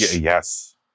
yes